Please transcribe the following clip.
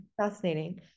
Fascinating